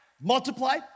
multiply